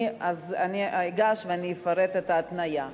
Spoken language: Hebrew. אני אפרט את ההתניה.